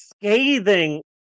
scathing